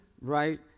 right